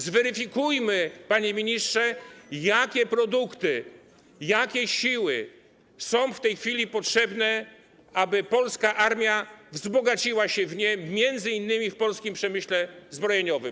Zweryfikujmy, panie ministrze, jakie produkty, jakie siły są w tej chwili potrzebne, aby polska armia wzbogaciła się w nie m.in. w polskim przemyśle zbrojeniowym.